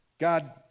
God